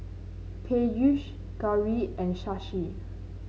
Peyush Gauri and Shashi